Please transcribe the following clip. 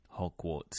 Hogwarts